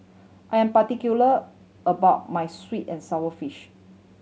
I'm particular about my sweet and sour fish